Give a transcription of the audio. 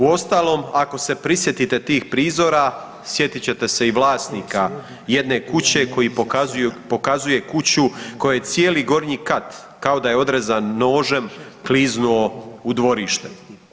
Uostalom, ako se prisjetite tih prizora sjetit ćete se i vlasnika jedne kuće koji pokazuje kuću kojoj je cijeli gornji kat kao da je odrezan nožem kliznuo u dvorište.